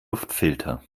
luftfilter